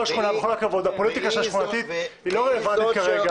הפוליטיקה השכונתית היא לא רלוונטית כרגע,